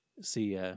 See